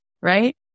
right